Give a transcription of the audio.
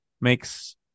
makes